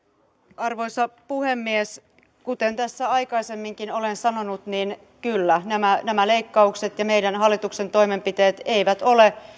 arvoisa puhemies kuten tässä aikaisemminkin olen sanonut niin kyllä nämä nämä leikkaukset ja meidän hallituksen toimenpiteet eivät ole